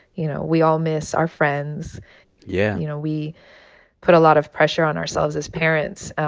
you know, we all miss our friends yeah you know, we put a lot of pressure on ourselves as parents,